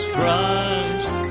Christ